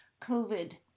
COVID